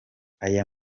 ayo